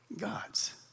gods